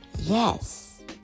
yes